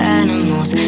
animals